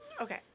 okay